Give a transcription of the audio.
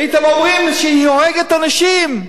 הייתם אומרים שהיא הורגת אנשים,